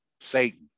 satan